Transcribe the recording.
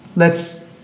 let's,